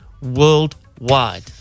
worldwide